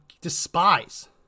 despise